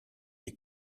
est